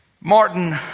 Martin